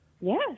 Yes